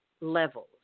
levels